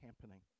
happening